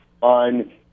on